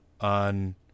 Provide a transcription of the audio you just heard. on